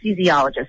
anesthesiologist